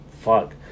Fuck